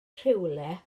rhywle